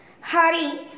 Hari